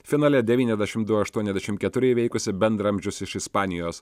finale devyniasdešim du aštuoniasdešim keturi įveikusi bendraamžius iš ispanijos